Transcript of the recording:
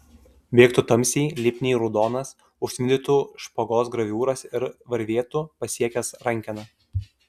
bėgtų tamsiai lipniai raudonas užtvindytų špagos graviūras ir varvėtų pasiekęs rankeną